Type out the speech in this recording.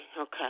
okay